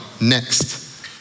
Next